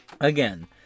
Again